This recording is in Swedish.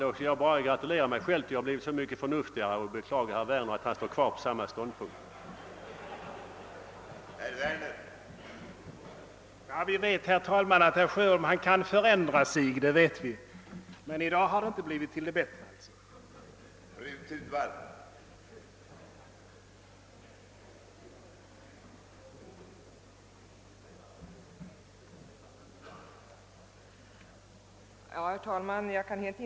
Jag kan bara gratulera mig själv till att ha blivit så mycket förnuftigare och beklaga herr Werner, som står kvar på samma oförnuftiga ståndpunkt.